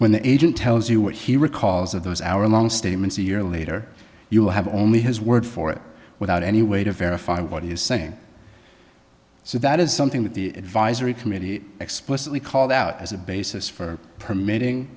when the agent tells you what he recalls of those hour long statements a year later you'll have only his word for it without any way to verify what he is saying so that is something that the advisory committee explicitly called out as a basis for permitting